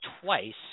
twice